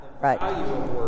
Right